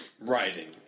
writing